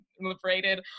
liberated